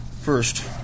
First